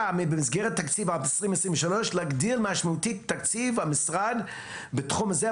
במסגרת תקציב 2023 להגדיל משמעותית את תקציב המשרד בתחום זה,